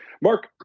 Mark